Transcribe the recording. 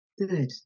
good